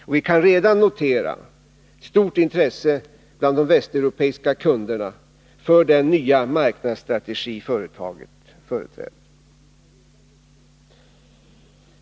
Och vi kan redan notera stort intresse Nr 48 bland de västeuropeiska kunderna för den nya marknadsstrategi som företaget företräder.